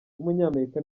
w’umunyamerika